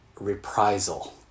reprisal